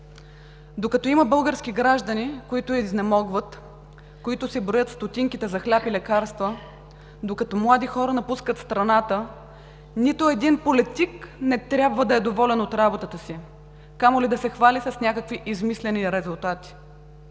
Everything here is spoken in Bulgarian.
Докато има български граждани, които изнемогват, които си броят стотинките за хляб и лекарства, докато млади хора напускат страната, нито един политик не трябва да е доволен от работата си, камо ли да се хвали с някакви измислени резултати,